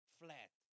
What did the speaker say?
flat